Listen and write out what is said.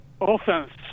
offense